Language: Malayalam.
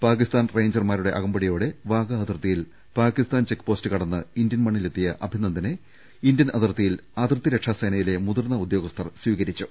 പാക്കിസ്ഥാൻ റെയ്ഞ്ചർമാരുടെ അകമ്പടിയോടെ വാഗാ അതിർത്തിയിൽ പാക്കിസ്ഥാൻ ചെക്പോസ്റ്റ് കടന്ന് ഇന്ത്യൻ മണ്ണിലെത്തിയ അഭിനന്ദനെ ഇന്ത്യൻ അതിർത്തിയിൽ അതിർത്തിരക്ഷാ സേനയിലെ മുതിർന്ന ഉദ്യോഗസ്ഥർ സ്വീകരിച്ചു